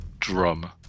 Drum